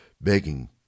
begging